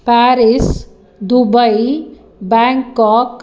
Paris Dubai Bangkok